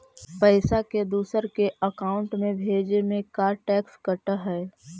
पैसा के दूसरे के अकाउंट में भेजें में का टैक्स कट है?